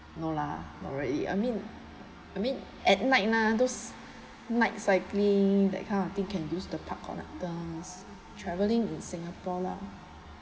no lah not really I mean I mean at at night mah those night cycling that kind of you can use the park connectors travelling in singapore lah